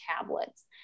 tablets